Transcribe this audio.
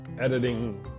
editing